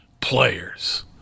Players